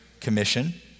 Commission